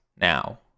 now